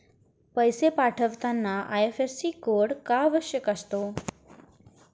पैसे पाठवताना IFSC code का आवश्यक असतो?